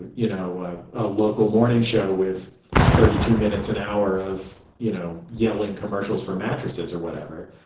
you you know a local morning show with thirty two minutes an hour of you know yelling commercials for mattresses or whatever.